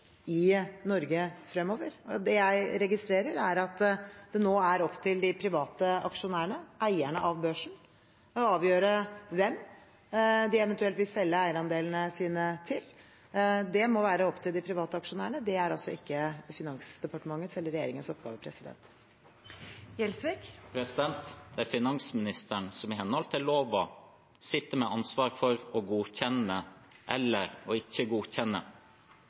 i Norge fremover. Det jeg registrerer, er at det nå er opp til de private aksjonærene, eierne av børsen, å avgjøre hvem de eventuelt vil selge eierandelene sine til. Det må være opp til de private aksjonærene. Det er ikke Finansdepartementets eller regjeringens oppgave. Det er finansministeren som i henhold til loven sitter med ansvaret for å godkjenne eller ikke godkjenne,